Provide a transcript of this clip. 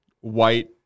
white